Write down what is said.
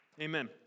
Amen